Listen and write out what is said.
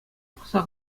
пӑхса